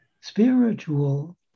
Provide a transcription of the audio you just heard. spiritual